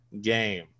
game